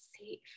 safe